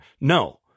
No